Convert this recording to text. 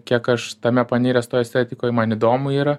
kiek aš tame paniręs toj estetikoj man įdomu yra